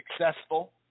successful